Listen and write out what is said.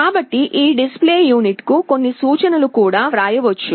కాబట్టి ఈ display unit కు కొన్ని సూచనలు కూడా వ్రాయవచ్చు